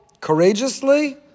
courageously